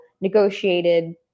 negotiated